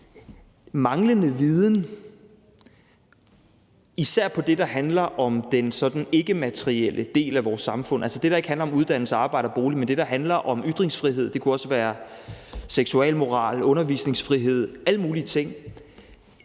manglende viden, især om det, der handler om den sådan ikkematerielle del af vores samfund, altså det, der ikke handler om uddannelse, arbejde og bolig, men det, der handler om ytringsfrihed, og det kunne også være seksualmoral, undervisningsfrihed, altså alle mulige ting.